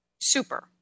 Super